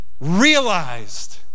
realized